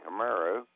Camaro